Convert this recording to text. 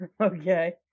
Okay